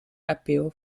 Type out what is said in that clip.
appeal